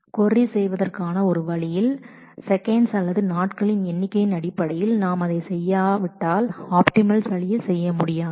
seconds அடிப்படையில் ஒரு வழியில் கொரி செய்யும்போது மாறுபடும் அல்லது கொரியை நாட்களின் எண்ணிக்கையின் அடிப்படையில் நாம் அதை செய்யாவிட்டால் ஆப்டிமல் வழியில் செய்ய முடியாது